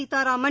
Sitharaman